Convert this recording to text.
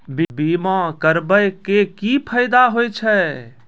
बीमा करबै के की फायदा होय छै?